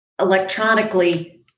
electronically